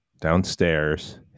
downstairs